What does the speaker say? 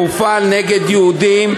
הוא הופעל נגד יהודים,